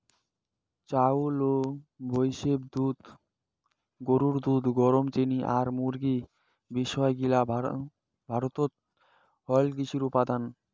চাউল, ভৈষের দুধ, গরুর দুধ, গম, চিনি, আম, মুরগী বিষয় গিলা ভারতত হালকৃষিত উপাদান